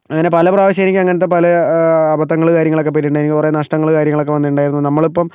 അങ്ങനെ പല പ്രാവശ്യവും എനിക്ക് അങ്ങനത്തെ പല അബദ്ധങ്ങൾ കാര്യങ്ങളൊക്കെ പറ്റിയിട്ടുണ്ട് എനിക്ക് കുറേ നഷ്ടങ്ങൾ കാര്യങ്ങളൊക്കെ വന്നിട്ടുണ്ടായിരുന്നു നമ്മളിപ്പം